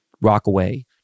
Rockaway